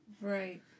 Right